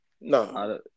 No